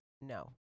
No